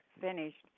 finished